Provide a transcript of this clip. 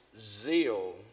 zeal